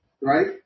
right